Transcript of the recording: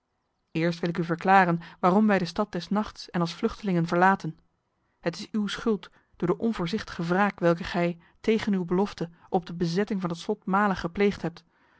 eerst wil ik u verklaren waarom wij de stad des nachts en als vluchtelingen verlaten het is uw schuld door de onvoorzichtige wraak welke gij tegen uw belofte op de bezetting van het slot male gepleegd hebt